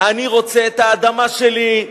אני רוצה את האדמה שלי,